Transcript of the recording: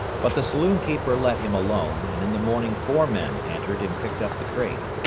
but the saloon-keeper let him alone, and in the morning four men entered and picked up the crate.